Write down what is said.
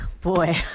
boy